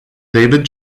david